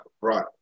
right